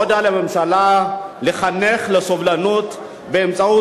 עוד על הממשלה לחנך לסובלנות באמצעות